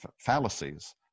fallacies